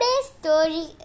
story